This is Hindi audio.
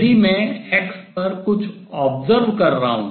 यदि मैं x पर कुछ देख observe कर रहा हूँ